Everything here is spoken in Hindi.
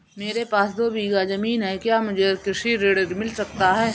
मेरे पास दो बीघा ज़मीन है क्या मुझे कृषि ऋण मिल सकता है?